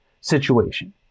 situation